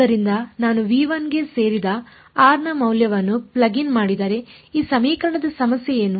ಆದ್ದರಿಂದ ನಾನು ಗೆ ಸೇರಿದ r ನ ಮೌಲ್ಯವನ್ನು ಪ್ಲಗ್ ಇನ್ ಮಾಡಿದರೆ ಈ ಸಮೀಕರಣದ ಸಮಸ್ಯೆ ಏನು